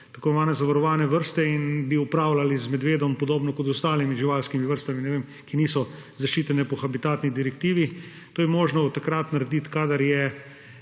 tako imenovane zavarovane vrste in bi upravljali z medvedom podobno kot z ostalimi živalskimi vrstami, ki niso zaščitene po habitatni direktivi. To je možno narediti takrat, kadar je